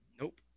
Nope